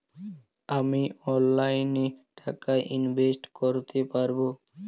আমি অনলাইনে টাকা ইনভেস্ট করতে পারবো?